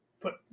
put